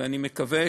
ואני מקווה